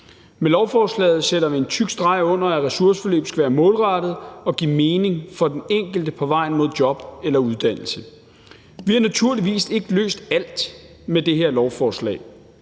Med lovforslaget sætter vi en tyk streg under, at ressourceforløb skal være målrettet og give mening for den enkelte på vejen mod job eller uddannelse. Vi har naturligvis ikke løst alt med det her lovforslag,